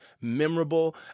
memorable